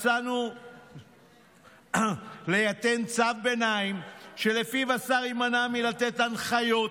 מצאנו ליתן צו ביניים שלפיו השר יימנע מלתת הנחיות